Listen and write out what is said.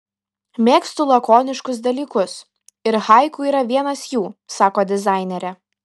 mėgstu lakoniškus dalykus ir haiku yra vienas jų sako dizainerė